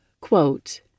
Quote